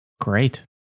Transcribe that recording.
Great